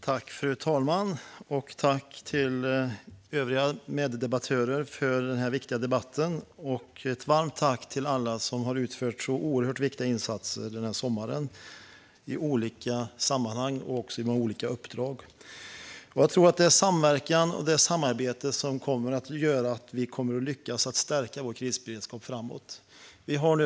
Fru talman! Tack, övriga meddebattörer, för den här viktiga debatten. Ett varmt tack till alla som under sommaren har gjort så oerhört viktiga insatser i olika sammanhang och i olika uppdrag! Det är samverkan och samarbete som kommer att göra att vi lyckas att stärka vår krisberedskap framöver.